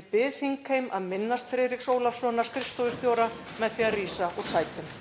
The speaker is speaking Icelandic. Ég bið þingheim að minnast Friðriks Ólafssonar skrifstofustjóra með því að rísa á fætur.